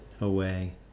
away